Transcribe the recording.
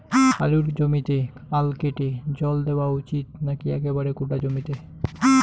আলুর জমিতে আল কেটে জল দেওয়া উচিৎ নাকি একেবারে গোটা জমিতে?